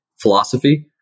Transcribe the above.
philosophy